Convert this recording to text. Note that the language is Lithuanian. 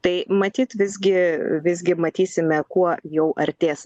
tai matyt visgi visgi matysime kuo jau artės